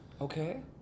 Okay